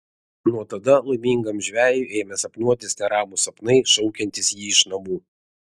nuo tada laimingam žvejui ėmė sapnuotis neramūs sapnai šaukiantys jį iš namų